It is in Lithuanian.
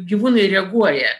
gyvūnai reaguoja